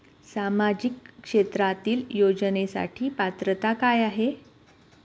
सामाजिक क्षेत्रांतील योजनेसाठी पात्रता काय आहे?